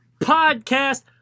Podcast